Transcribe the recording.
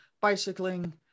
bicycling